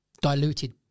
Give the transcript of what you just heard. diluted